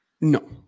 No